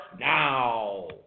now